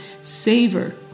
savor